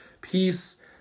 peace